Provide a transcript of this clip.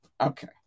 okay